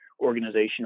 organizational